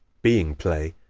being play,